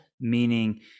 meaning